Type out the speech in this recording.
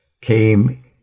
came